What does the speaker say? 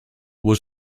was